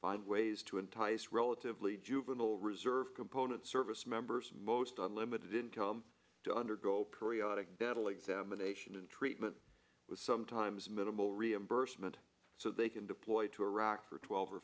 find ways to entice relatively juvenile reserve component service members most on limited income to undergo periodic bedell examination and treatment with sometimes minimal reimbursement so they can deploy to iraq for twelve or